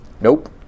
Nope